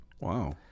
Wow